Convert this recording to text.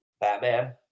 Batman